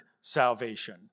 salvation